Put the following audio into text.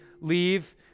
leave